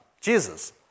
Jesus